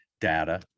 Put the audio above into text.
data